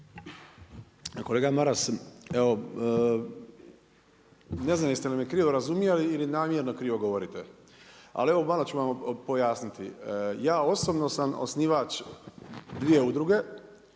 Kolega Maras, evo ne znam jeste li me krivo razumjeli ili namjerno krivo govorite, ali evo malo ću vam pojasniti. Ja osobno sam osnivač dio udruge,